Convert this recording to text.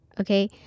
okay